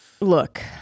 look